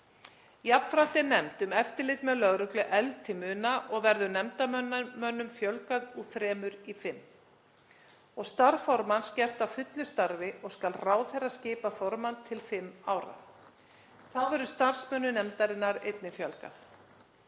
Jafnframt er nefnd um eftirlit með lögreglu efld til muna og verður nefndarmönnum fjölgað úr þremur í fimm og starf formanns gert að fullu starfi og skal ráðherra skipa formann til fimm ára. Þá verður starfsmönnum nefndarinnar einnig fjölgað.